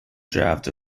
draft